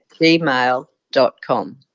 gmail.com